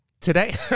Today